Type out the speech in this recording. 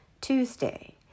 Tuesday